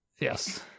Yes